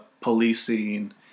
policing